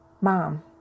Mom